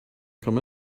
come